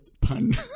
pun